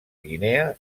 guinea